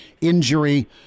injury